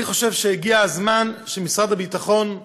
אני חושב שהגיע הזמן שמשרד הביטחון,